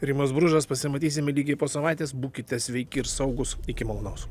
rimas bružas pasimatysime lygiai po savaitės būkite sveiki ir saugūs iki malonaus